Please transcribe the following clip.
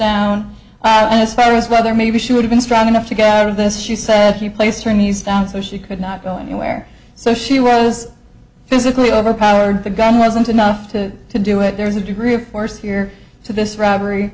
down and as far as whether maybe she would've been strong enough to get out of this she said he placed her knees down so she could not go anywhere so she was physically overpowered the gun wasn't enough to do it there's a degree of course here so this robbery